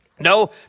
No